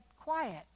quiet